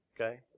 Okay